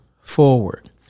forward